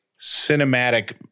cinematic